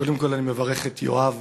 קודם כול, אני מברך את יואב